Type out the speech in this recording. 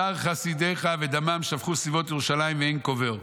בשר חסידך ודמם שפכו סביבות ירושלים ואין קובר.